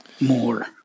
more